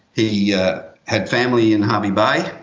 he yeah had family in harvey bay.